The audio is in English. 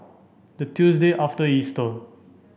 the Tuesday after Easter